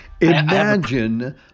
Imagine